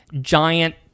giant